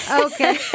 Okay